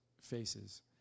faces